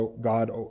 God